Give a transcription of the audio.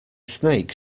snake